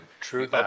true